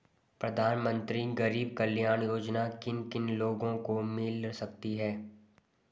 प्रधानमंत्री गरीब कल्याण योजना किन किन लोगों को मिल सकती है?